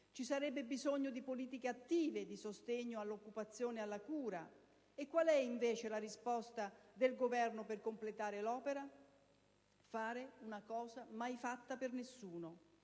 Ci sarebbe bisogno di politiche attive di sostegno all'occupazione e alla cura. Qual è, invece, la risposta del Governo per completare l'opera? Fare una cosa mai fatta per nessuno: